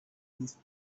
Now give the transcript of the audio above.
those